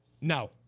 No